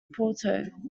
porto